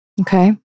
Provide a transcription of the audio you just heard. Okay